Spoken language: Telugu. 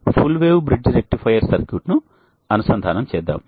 దానికి ఫుల్ వేవ్ బ్రిడ్జ్ రెక్టిఫైయర్ సర్క్యూట్ను అనుసంధానం చేద్దాం